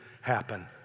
happen